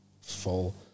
Full